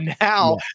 now